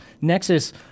nexus